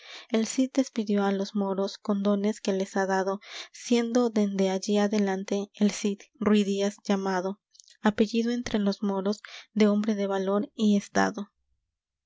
el cid despidió á los moros con dones que les ha dado siendo dende allí adelante el cid ruíz díaz llamado apellido entre los moros de hombre de valor y estado